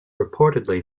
reportedly